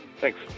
thanks